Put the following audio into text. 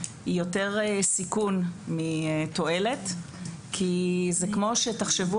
היא יותר סיכון מתועלת כי זה כמו שתחשבו